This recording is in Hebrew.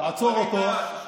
תעצור אותו,